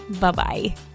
Bye-bye